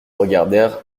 regardèrent